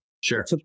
Sure